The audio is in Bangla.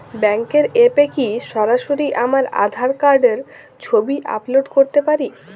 ব্যাংকের অ্যাপ এ কি সরাসরি আমার আঁধার কার্ড র ছবি আপলোড করতে পারি?